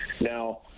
Now